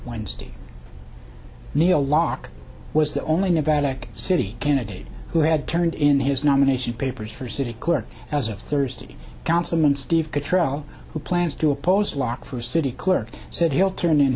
wednesday neil locke was the only nevada city candidate who had turned in his nomination papers for city clerk as of thursday councilman steve control who plans to oppose locke for city clerk said he'll turn in